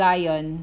Lion